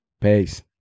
Peace